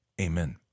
amen